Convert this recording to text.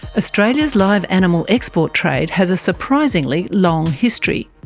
australia's live animal export trade has a surprisingly long history.